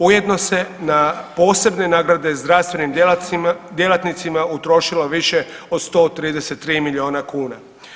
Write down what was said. Ujedno se na posebne nagrade zdravstvenim djelatnicima utrošilo više od 133 milijuna kuna.